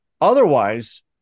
Otherwise